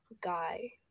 guy